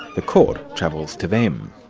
the court travels to them.